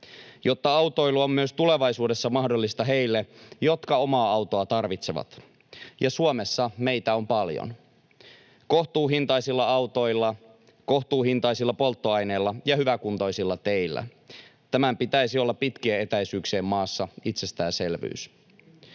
jotta autoilu on myös tulevaisuudessa mahdollista heille, jotka omaa autoa tarvitsevat, ja Suomessa meitä on paljon. Kohtuuhintaisilla autoilla, kohtuuhintaisilla polttoaineilla ja hyväkuntoisilla teillä tämän pitäisi olla pitkien etäisyyksien maassa itsestäänselvyys.